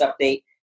update